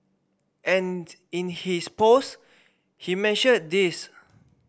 and in his post he mentioned this